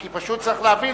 כי פשוט צריך להבין,